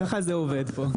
להאבקה,